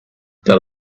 the